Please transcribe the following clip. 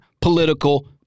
political